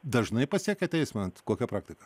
dažnai pasiekia teismą kokia praktika